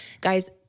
Guys